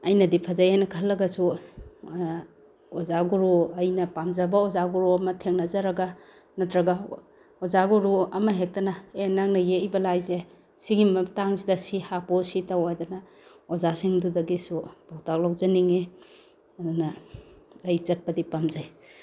ꯑꯩꯅꯗꯤ ꯐꯖꯩ ꯍꯥꯏꯅ ꯈꯜꯂꯒꯁꯨ ꯑꯣꯖꯥ ꯒꯨꯔꯨ ꯑꯩꯅ ꯄꯥꯝꯖꯕ ꯑꯣꯖꯥ ꯒꯨꯔꯨ ꯑꯃ ꯊꯦꯡꯅꯖꯔꯒ ꯅꯠꯇ꯭ꯔꯒ ꯑꯣꯖꯥ ꯒꯨꯔꯨ ꯑꯃ ꯍꯦꯛꯇꯅ ꯑꯦ ꯅꯪꯅ ꯌꯦꯛꯏꯕ ꯂꯥꯏꯁꯦ ꯁꯤꯒꯤ ꯃꯇꯥꯡꯁꯤꯗ ꯁꯤ ꯍꯥꯄꯛꯎ ꯁꯤ ꯇꯧ ꯍꯥꯏꯗꯅ ꯑꯣꯖꯥꯁꯤꯡꯗꯨꯗꯒꯤꯁꯨ ꯄꯥꯎꯇꯥꯛ ꯂꯧꯖꯅꯤꯡꯉꯤ ꯑꯗꯨꯅ ꯑꯩ ꯆꯠꯄꯗꯤ ꯄꯥꯝꯖꯩ